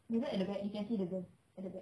you look at the back you can see the girl at the back